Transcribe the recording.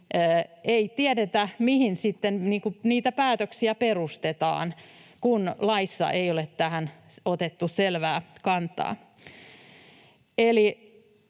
ei tiedetä, mihin niitä päätöksiä sitten perustetaan, kun laissa ei ole tähän otettu selvää kantaa.